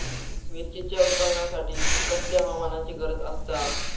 मिरचीच्या उत्पादनासाठी कसल्या हवामानाची गरज आसता?